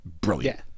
brilliant